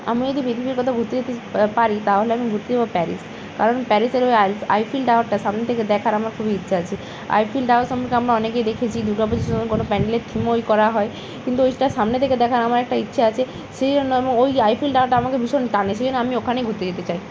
আমি যদি পৃথিবীর কোথাও ঘুরতে যেতে পারি তাহলে আমি ঘুরতে যাবো প্যারিস কারণ প্যারিসের ওই আইফেল টাওয়ারটা সামনে থেকে দেখার আমার খুবই ইচ্ছা আছে আইফেল টাওয়ার সম্পর্কে আমরা অনেকেই দেখেছি দুর্গা পুজোর সময় কোনো প্যান্ডেলের থিম ওই করা হয় কিন্তু ওইটা সামনে থেকে দেখার আমার একটা ইচ্ছে আছে সেই জন্য আমি ওই আইফেল টাওয়ারটা আমাকে ভীষণ টানে সেই জন্য আমি ওখানেই ঘুরতে যেতে চাই